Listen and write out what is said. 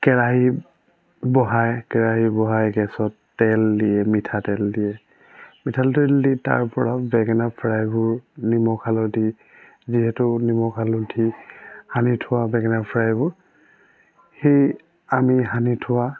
কেৰাহি বহায় কেৰাহি বহায় গেছত তেল দিয়ে মিঠাতেল দিয়ে মিঠাতেল দি তাৰ ওপৰত বেঙেনা ফ্ৰাইবোৰ নিমখ হালধি যিহেতু নিমখ হালধি সানি থোৱা বেঙেনা ফ্ৰাইবোৰ সেই আমি সানি থোৱা